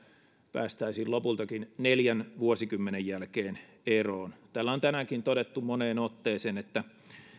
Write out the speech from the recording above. päästäisiin lopultakin neljän vuosikymmenen jälkeen eroon täällä on tänäänkin todettu moneen otteeseen että